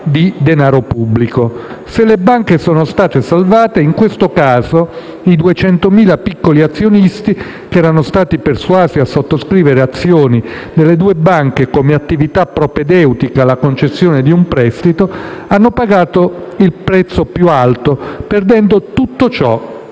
di denaro pubblico. Se le banche sono state salvate, i 200.000 piccoli azionisti, che erano stati persuasi a sottoscrivere azioni delle due banche come attività propedeutica alla concessione di un prestito, hanno pagato il prezzo più alto perdendo tutto ciò